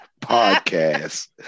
Podcast